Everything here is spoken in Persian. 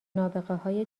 نابغههای